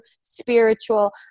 spiritual